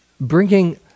bringing